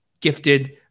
gifted